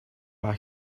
back